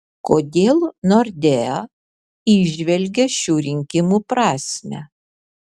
kodėl nordea įžvelgia šių rinkimų prasmę